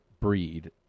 breed